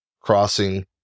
crossing